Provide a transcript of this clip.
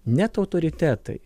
net autoritetai